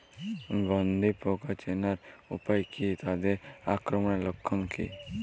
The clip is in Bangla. গন্ধি পোকা চেনার উপায় কী তাদের আক্রমণের লক্ষণ কী?